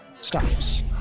stops